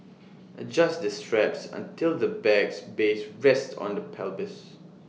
adjust the straps until the bag's base rests on the pelvis